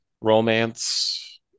romance